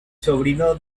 sobrino